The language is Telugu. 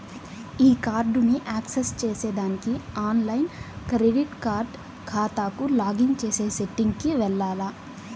ఈ కార్డుని యాక్సెస్ చేసేదానికి ఆన్లైన్ క్రెడిట్ కార్డు కాతాకు లాగిన్ చేసే సెట్టింగ్ కి వెల్లాల్ల